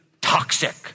toxic